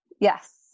Yes